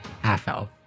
half-elf